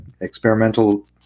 experimental